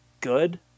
good